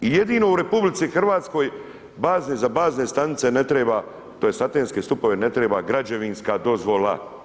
I jedino u RH za bazne stanice ne treba tj. antenske stupove ne treba građevinska dozvola.